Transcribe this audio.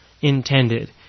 intended